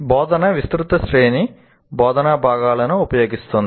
బోధన విస్తృత శ్రేణి బోధనా భాగాలను ఉపయోగిస్తుంది